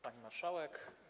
Pani Marszałek!